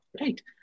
Right